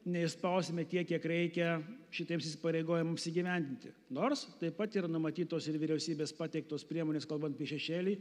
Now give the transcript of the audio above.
neišspausime tiek kiek reikia šitiems įsipareigojimams įgyvendinti nors taip pat yra numatytos ir vyriausybės pateiktos priemonės kalbant apie šešėlį